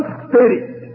spirit